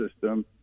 system